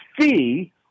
fee